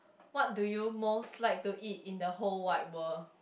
what do you most like to eat in the whole wide world